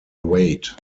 weight